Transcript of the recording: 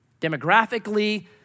Demographically